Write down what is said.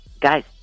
guys